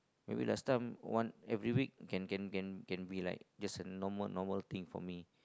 I mean last time one every week can can can be like there's a normal normal thing for me